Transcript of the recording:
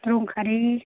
रं खारै